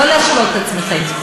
לא להשלות את עצמכם.